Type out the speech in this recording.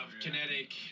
kinetic